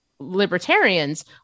libertarians